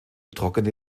trockene